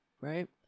Right